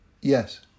Yes